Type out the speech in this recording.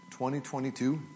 2022